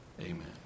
amen